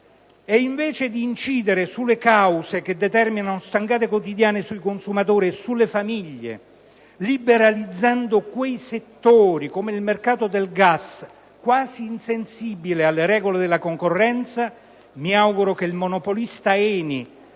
Invece di incidere sulle cause che determinano stangate quotidiane sui consumatori e sulle famiglie liberalizzando quei settori, come il mercato del gas quasi insensibile alle regole della concorrenza - mi auguro che il monopolista ENI,